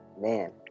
man